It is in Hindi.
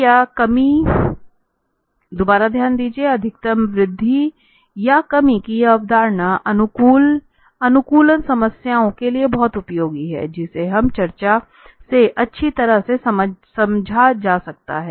इसलिए अधिकतम वृद्धि या कमी की यह अवधारणा अनुकूलन समस्याओं के लिए बहुत उपयोगी है जिसे इस चर्चा से अच्छी तरह से समझा जा सकता है